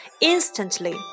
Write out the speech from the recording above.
Instantly